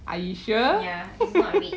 are you sure